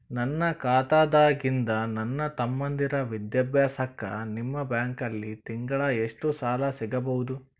ನನ್ನ ಖಾತಾದಾಗಿಂದ ನನ್ನ ತಮ್ಮಂದಿರ ವಿದ್ಯಾಭ್ಯಾಸಕ್ಕ ನಿಮ್ಮ ಬ್ಯಾಂಕಲ್ಲಿ ತಿಂಗಳ ಎಷ್ಟು ಸಾಲ ಸಿಗಬಹುದು?